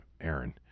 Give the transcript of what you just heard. Aaron